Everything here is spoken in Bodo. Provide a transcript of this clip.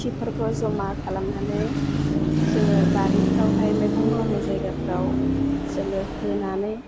खिफोरखौ जमा खालामनानै जोङो बारिफ्रावहाय मैगं मावनाय जायगाफ्राव जोङो होनानै